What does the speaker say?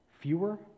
fewer